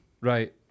Right